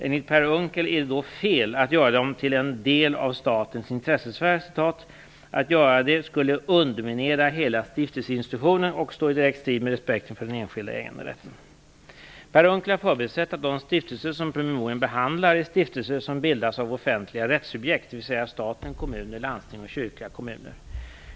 Enligt Per Unckel är det då fel att göra dem "till en del av statens intressesfär"; att göra det skulle "underminera hela stiftelseinstitutionen och stå i direkt strid med respekten för den enskilda äganderätten". Per Unckel har förbisett att de stiftelser som promemorian behandlar är stiftelser som har bildats av offentliga rättssubjekt, dvs. staten, kommuner, landsting och kyrkliga kommuner.